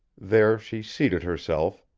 there she seated herself,